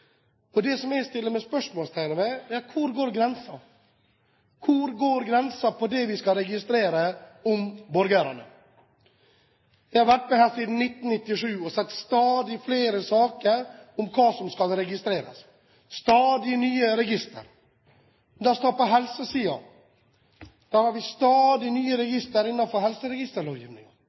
det bærende. Det jeg setter spørsmålstegn ved, er hvor grensen går. Hvor går grensen for det vi skal registrere om borgerne? Jeg har vært med her siden 1997 og sett stadig flere saker som skal registreres – stadig nye registre. La oss se på helsesiden; vi har stadig nye